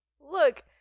Look